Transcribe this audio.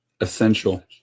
Essential